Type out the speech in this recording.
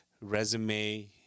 resume